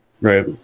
right